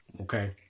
okay